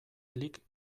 klik